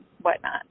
whatnot